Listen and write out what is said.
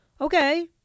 Okay